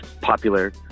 popular